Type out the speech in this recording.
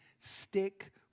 stick